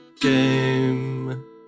game